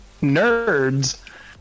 nerds